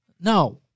No